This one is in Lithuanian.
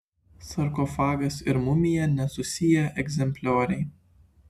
sarkofagas ir mumija nesusiję egzemplioriai